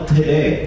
today